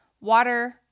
water